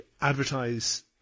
advertise